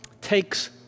takes